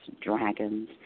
dragons